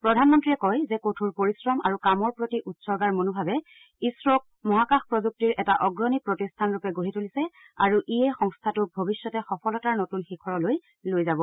প্ৰধানমন্ত্ৰীয়ে কয় যে কঠোৰ পৰিশ্ৰম আৰু কামৰ প্ৰতি উৎসৰ্গাৰ মনোভাৱে ইছৰক মহাকাশ প্ৰযুক্তিৰ এটা অগ্ৰণী প্ৰতিষ্ঠানৰূপে গঢ়ি তূলিছে আৰু ইয়ে সংস্থাটোক ভৱিষ্যতে সফলতাৰ নতুন শিখৰলৈ লৈ যাব